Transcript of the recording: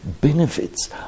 benefits